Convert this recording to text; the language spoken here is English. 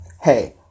Hey